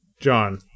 John